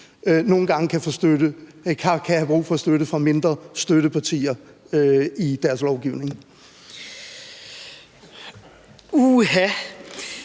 nogle gange kan have brug for støtte fra mindre støttepartier i deres lovgivning. Kl.